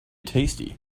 tasty